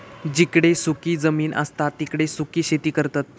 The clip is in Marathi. जिकडे सुखी जमीन असता तिकडे सुखी शेती करतत